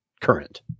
current